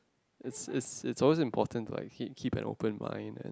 it's it's it's always important to like keep keep an open mind